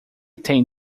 tem